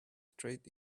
straight